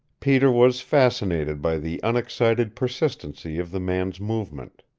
peter was fascinated by the unexcited persistency of the man's movement.